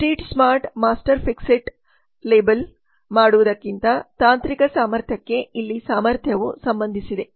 street smart master fix it label ಮಾಡುವುದಕ್ಕಿಂತ ತಾಂತ್ರಿಕ ಸಾಮರ್ಥ್ಯಕ್ಕೆ ಇಲ್ಲಿ ಸಾಮರ್ಥ್ಯವು ಸಂಬಂಧಿಸಿದೆ